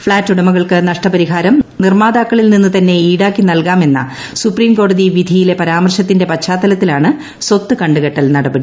ഫ്ളാറ്റുടമകൾക്ക് നഷ്ടപരിഹാരം നിർമാതാക്കളിൽനിന്ന് തന്നെ ഈടാക്കി നൽകാമെന്ന സുപ്രീംകോടതി വിധിയിലെ പരാമർശത്തിന്റെ പശ്ചാത്തലത്തിലാണ് സ്വത്ത് കുകെട്ടൽ നടപടി